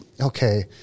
okay